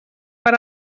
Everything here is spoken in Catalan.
per